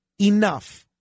Enough